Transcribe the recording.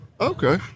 okay